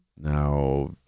Now